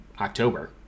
October